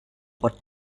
what